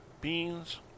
beans